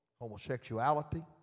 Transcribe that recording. homosexuality